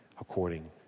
according